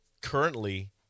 currently